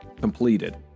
completed